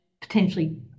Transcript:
potentially